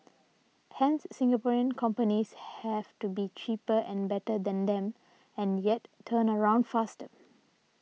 hence Singaporean companies have to be cheaper and better than them and yet turnaround faster